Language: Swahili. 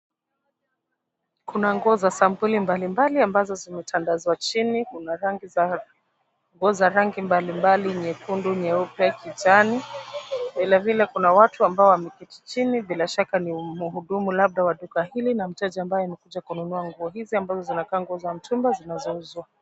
Kuna nguo za sampuli mbalimbali ambazo zimetandazwa chini. Kuna nguo za rangi mbalimbali nyekundu, nyeupe, kijani, vilevile kuna watu ambao wameketi chini. Bila shaka ni mhudumu labda wa duka hili na mteja ambaye amekuja kununua nguo hizi ambazo zinakaa nguo za mtumba zinazouzwa.